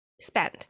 spend